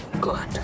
good